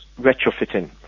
retrofitting